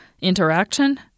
interaction